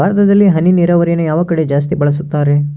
ಭಾರತದಲ್ಲಿ ಹನಿ ನೇರಾವರಿಯನ್ನು ಯಾವ ಕಡೆ ಜಾಸ್ತಿ ಬಳಸುತ್ತಾರೆ?